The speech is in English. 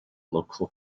local